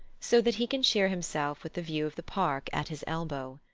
so that he can cheer himself with the view of the park at his elbow.